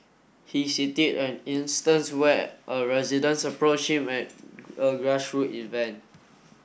he city an instance where a resident approached him at a grass root event